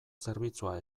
zerbitzua